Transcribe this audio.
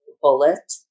bullet